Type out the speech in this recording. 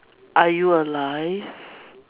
are you alive